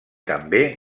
també